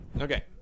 Okay